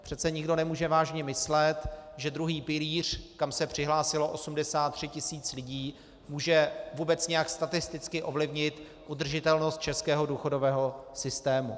Přece nikdo nemůže vážně myslet, že druhý pilíř, kam se přihlásilo 83 tisíc lidí, může vůbec nějak statisticky ovlivnit udržitelnost českého důchodového systému.